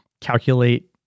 calculate